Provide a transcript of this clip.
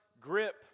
grip